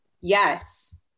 Yes